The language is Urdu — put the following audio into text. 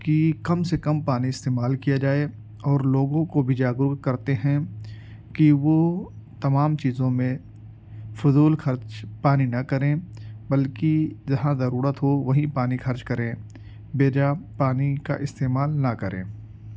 کہ کم سے کم پانی استعمال کیا جائے اور لوگوں کو بھی جاگروک کرتے ہیں کہ وہ تمام چیزوں میں فضول خرچ پانی نہ کریں بلکہ جہاں ضرورت ہو وہیں پانی خرچ کریں بیجا پانی کا استعمال نہ کریں